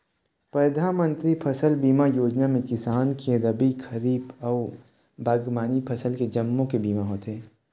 परधानमंतरी फसल बीमा योजना म किसान के रबी, खरीफ अउ बागबामनी फसल जम्मो के बीमा होथे